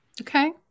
Okay